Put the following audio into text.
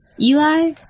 Eli